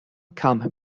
kam